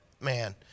man